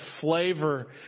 flavor